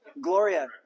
Gloria